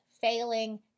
failing